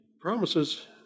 promises